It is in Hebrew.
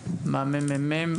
מה-ממ"מ.